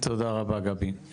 תודה רבה, גבי.